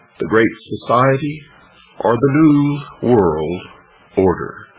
the great society or the new world order.